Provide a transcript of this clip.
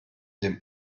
dem